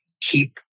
keep